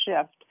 shift